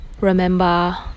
remember